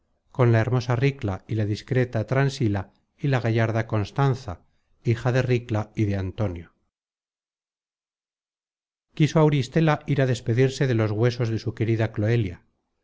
con la hermosa ricla y la discreta transila y la gallarda constanza hija de ricla y de antonio quiso auristela ir a despedirse de los huesos de su querida cloelia